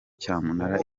cyamunara